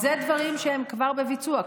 אלה דברים שהם כבר בביצוע,